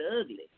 ugly